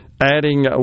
adding